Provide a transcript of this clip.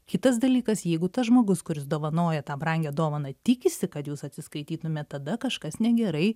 kitas dalykas jeigu tas žmogus kuris dovanoja tą brangią dovaną tikisi kad jūs atsiskaitytumėt tada kažkas negerai